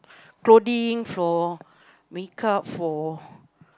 clothing for make up for